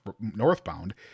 northbound